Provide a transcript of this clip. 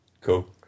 cool